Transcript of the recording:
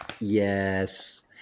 Yes